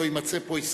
לא יימצא פה,